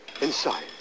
inside